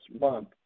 month